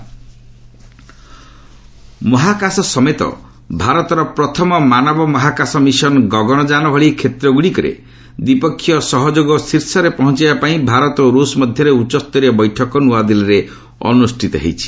ଇଣ୍ଡ୍ ରୁଷ୍ ସ୍ପେସ୍ ମହାକାଶ ସମେତ ଭାରତର ପ୍ରଥମ ମାନବ ମହାକାଶ ମିଶନ୍ ଗଗନନ୍ଯାନ ଭଳି କ୍ଷେତ୍ରଗୁଡ଼ିକରେ ଦ୍ୱିପକ୍ଷୀୟ ସହଯୋଗ ଶୀର୍ଷରେ ପହଞ୍ଚାଇବା ପାଇଁ ଭାରତ ଓ ରୁଷ୍ ମଧ୍ୟରେ ଉଚ୍ଚସ୍ତରୀୟ ବୈଠକ ନୃଆଦିଲ୍ଲୀରେ ଅନୁଷ୍ଠିତ ହୋଇଛି